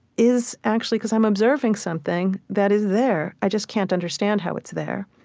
is actually because i'm observing something that is there. i just can't understand how it's there.